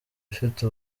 ifite